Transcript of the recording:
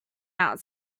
out